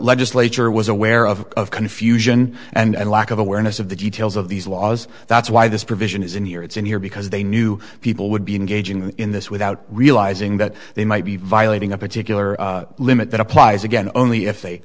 legislature was aware of confusion and lack of awareness of the details of these laws that's why this provision is in here it's in here because they knew people would be engaging in this without realizing that they might be violating a particular limit that applies again only if they